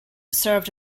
served